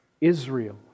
Israel